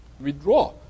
withdraw